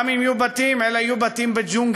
גם אם יהיו בתים, אלה יהיו בתים בג'ונגל.